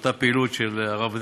אותה פעילות של הרב דרעי,